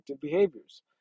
behaviors